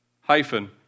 hyphen